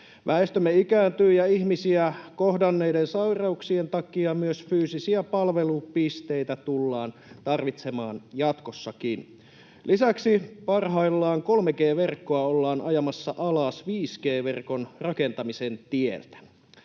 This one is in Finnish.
Väestömme ikääntyy, ja ihmisiä kohdanneiden sairauksien takia myös fyysisiä palvelupisteitä tullaan tarvitsemaan jatkossakin. Lisäksi parhaillaan 3G-verkkoa ollaan ajamassa alas 5G-verkon rakentamisen tieltä.